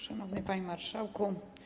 Szanowny Panie Marszałku!